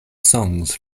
songs